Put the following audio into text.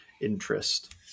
interest